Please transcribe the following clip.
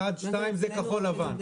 אחד שתיים זה כחול לבן,